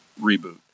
reboot